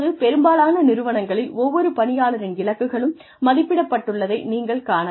இப்போது பெரும்பாலான நிறுவனங்களில் ஒவ்வொரு பணியாளரின் இலக்குகளும் மதிப்பிடப்பட்டுள்ளதை நீங்கள் காணலாம்